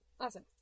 Awesome